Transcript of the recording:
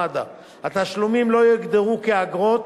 התשלומים לא יוגדרו כאגרות,